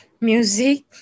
music